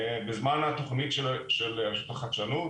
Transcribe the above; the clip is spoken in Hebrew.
בזמן התוכנית של הרשות לחדשנות